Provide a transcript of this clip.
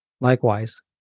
Likewise